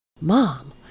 mom